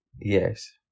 Yes